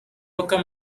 booker